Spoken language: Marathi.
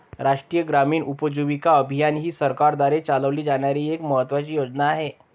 राष्ट्रीय ग्रामीण उपजीविका अभियान ही सरकारद्वारे चालवली जाणारी एक महत्त्वाची योजना आहे